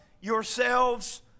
yourselves